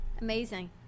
amazing